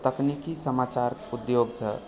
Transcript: तकनीकी समाचार उद्योगसँ